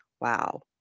wow